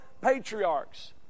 patriarchs